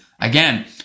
again